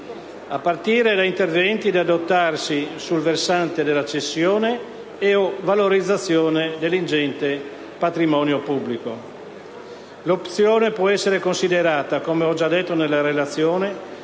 a partire da interventi da adottarsi sul versante della cessione e/o valorizzazione dell'ingente patrimonio pubblico. L'opzione può essere considerata - come ho già detto nella relazione